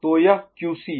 तो यह QC है